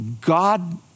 God